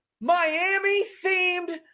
Miami-themed